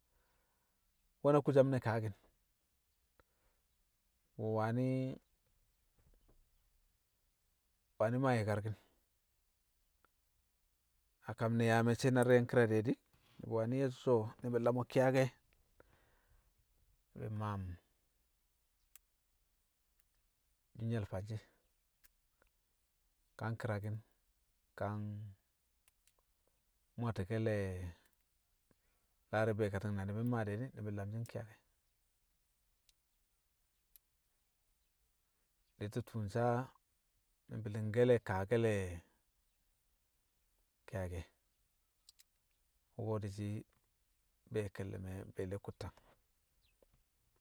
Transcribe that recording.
NWe̱ na kusam ne̱ kaaki̱n, wani̱, wani̱ maa yi̱karki̱n. A kam ne̱ yaa me̱cce̱ na di̱re̱ nki̱ra de̱ di̱, wani̱ ye̱shi̱ so̱ ni̱bi̱ lamo̱ ki̱yake̱ di̱ maam jinyal fanshi̱, ka nki̱raki̱n, ka mmwati̱ke̱le̱ lar re̱ be̱e̱kati̱ng na ni̱bi̱ mmaa de̱ di̱, lamshi̱ nki̱yake̱ di̱shi̱ tṵṵ nsaa mi̱ bi̱li̱ngke̱le̱ kaake̱le̱ ki̱yake̱, wṵko̱ di̱shi̱ be̱e̱ ke̱lle̱ me̱ be̱e̱le̱ kuttang